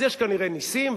אז יש כנראה נסים,